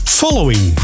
following